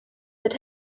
that